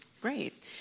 Great